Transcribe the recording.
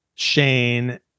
shane